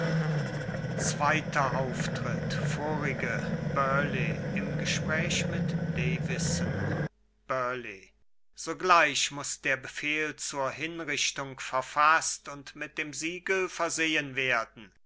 graf aubespine vorige burleigh im gespräch mit davison burleigh sogleich muß der befehl zur hinrichtung verfaßt und mit dem siegel versehen werden